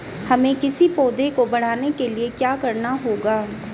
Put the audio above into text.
हमें किसी पौधे को बढ़ाने के लिये क्या करना होगा?